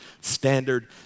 standard